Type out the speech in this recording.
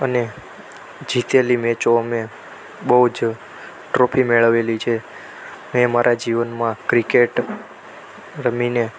અને જીતેલી મેચો અમે બહુ જ ટ્રોફી મેળવેલી છે મેં મારા જીવનમાં ક્રિકેટ રમીને